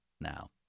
now